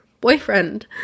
boyfriend